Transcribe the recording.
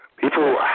People